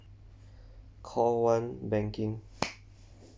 call one banking